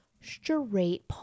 straight